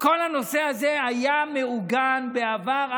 כל הנושא הזה היה מעוגן בעבר,